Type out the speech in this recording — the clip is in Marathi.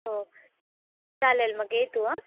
हो चालेल मग ये तू आ